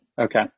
Okay